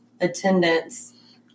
attendance